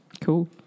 Cool